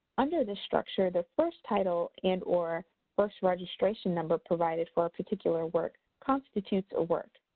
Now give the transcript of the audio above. under this structure, the first title and or first registration number provided for a particular work constitutes a work.